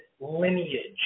lineage